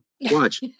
Watch